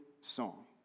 song